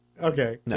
Okay